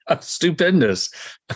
Stupendous